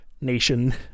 nation